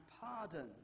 pardon